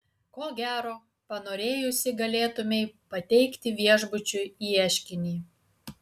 ko gero panorėjusi galėtumei pateikti viešbučiui ieškinį